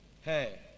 Hey